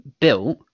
built